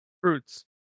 fruits